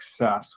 success